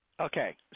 Okay